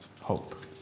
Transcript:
hope